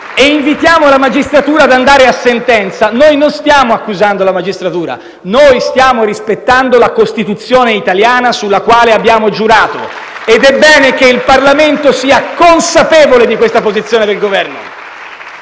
e invitiamo la magistratura ad andare a sentenza, noi non stiamo accusando la magistratura: noi stiamo rispettando la Costituzione italiana sulla quale abbiamo giurato ed è bene che il Parlamento sia consapevole di questa posizione del Governo.